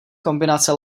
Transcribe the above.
kombinace